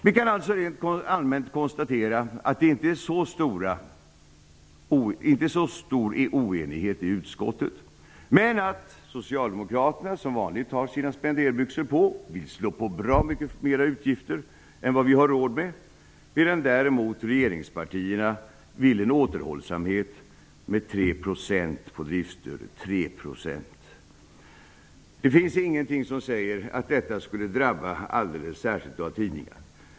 Vi kan alltså rent allmänt konstatera att det inte är så stor oenighet i utskottet. Socialdemokraterna har dock vanligt spenderbyxorna på och föreslår många fler utgifter än vi har råd med. Regeringspartierna däremot vill ha en återhållsamhet med 3 % på driftsstödet. Ingenting säger att detta skulle drabba vissa tidningar alldeles särskilt.